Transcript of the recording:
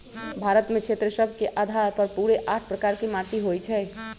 भारत में क्षेत्र सभ के अधार पर पूरे आठ प्रकार के माटि होइ छइ